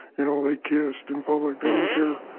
you know, they kissed in public. they didn't care.